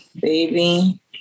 baby